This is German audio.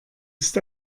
ist